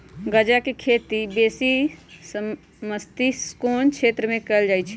गञजा के खेती बेशी समशीतोष्ण क्षेत्र में कएल जाइ छइ